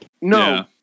No